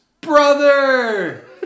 Brother